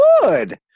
good